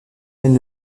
elle